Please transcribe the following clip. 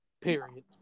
period